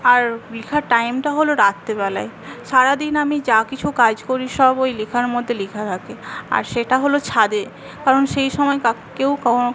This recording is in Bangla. আর লেখার টাইমটা হল রাত্রেবেলাই সারাদিন আমি যা কিছু কাজ করি সব ওই লেখার মধ্যে লেখা থাকে আর সেটা হল ছাদে কারণ সেই সময় কেউ